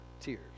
tears